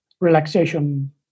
relaxation